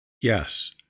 Yes